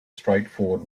straightforward